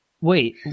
Wait